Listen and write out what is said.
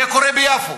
זה קורה ביפו,